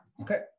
Okay